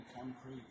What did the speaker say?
concrete